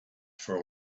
for